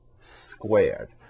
squared